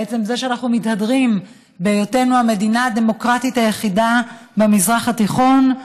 בעצם זה שאנחנו מתהדרים בהיותנו המדינה הדמוקרטית היחידה במזרח התיכון,